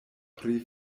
pri